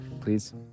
please